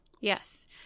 Yes